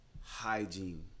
Hygiene